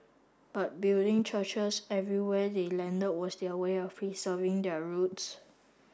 but building churches everywhere they landed was their way of preserving their roots